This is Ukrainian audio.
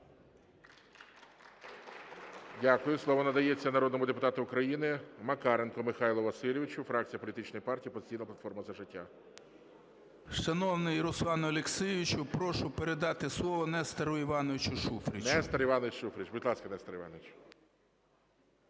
Дякую. Слово надається народному депутату України Макаренку Михайлу Васильовичу, фракція політичної партії "Опозиційна платформа – За життя". 12:57:15 МАКАРЕНКО М.В. Шановний Руслан Олексійович, прошу передати слово Нестору Івановичу Шуфричу. ГОЛОВУЮЧИЙ. Нестор Іванович Шуфрич. Будь ласка, Нестор Іванович.